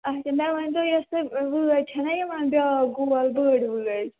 اَچھا مےٚ ؤنۍ تَو یۄس سۅ وٲج چھَنہٕ یِوان بیٛاکھ گول بٔڈ وٲج